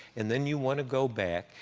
and then you want to go back,